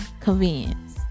convenience